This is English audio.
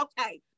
okay